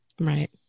Right